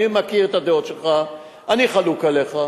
אני מכיר את הדעות שלך, אני חלוק עליך.